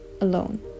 alone